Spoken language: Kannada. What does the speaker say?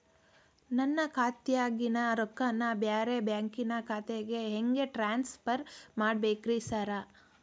ನನ್ನ ಖಾತ್ಯಾಗಿನ ರೊಕ್ಕಾನ ಬ್ಯಾರೆ ಬ್ಯಾಂಕಿನ ಖಾತೆಗೆ ಹೆಂಗ್ ಟ್ರಾನ್ಸ್ ಪರ್ ಮಾಡ್ಬೇಕ್ರಿ ಸಾರ್?